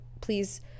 please